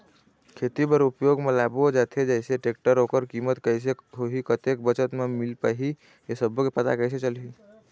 खेती बर उपयोग मा लाबो जाथे जैसे टेक्टर ओकर कीमत कैसे होही कतेक बचत मा मिल पाही ये सब्बो के पता कैसे चलही?